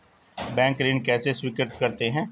Bank ऋण कैसे स्वीकृत करते हैं?